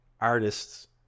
artists